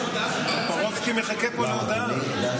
טופורובסקי מחכה פה להודעה.